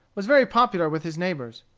was very popular with his neighbors.